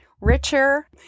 richer